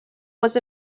was